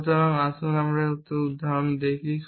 সুতরাং আসুন এর একটি উদাহরণ দেখি